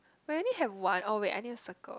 really have what or with any circles